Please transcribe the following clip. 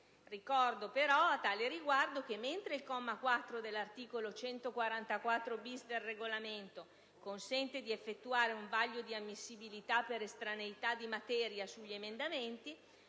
Ricordo però a tale riguardo che, mentre il comma 4 dell'articolo 144-*bis* del Regolamento consente di effettuare un vaglio di ammissibilità per estraneità di materia sugli emendamenti,